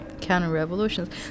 counter-revolutions